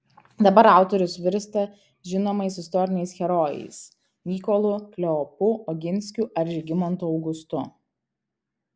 dabar autorius virsta žinomais istoriniais herojais mykolu kleopu oginskiu ar žygimantu augustu